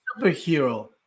superhero